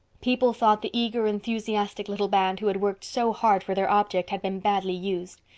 people thought the eager, enthusiastic little band who had worked so hard for their object had been badly used.